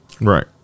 Right